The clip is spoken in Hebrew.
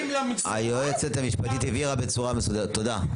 היועצת המשפטית הבהירה בצורה מסודרת, תודה.